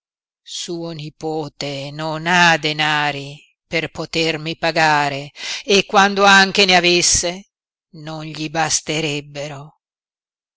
suo nipote non ha denari per potermi pagare e quando anche ne avesse non gli basterebbero